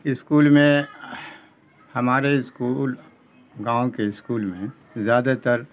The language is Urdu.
اسکول میں ہمارے اسکول گاؤں کے اسکول میں زیادہ تر